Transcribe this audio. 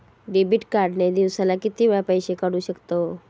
Debit card ने दिवसाला किती वेळा पैसे काढू शकतव?